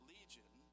Legion